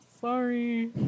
Sorry